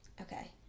Okay